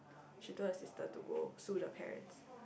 she told the sister to go sue the parents